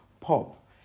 pop